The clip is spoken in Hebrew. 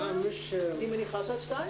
(הישיבה נפסקה בשעה